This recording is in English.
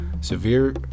severe